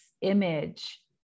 image